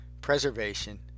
preservation